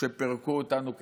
שפירקו אותנו כחברה,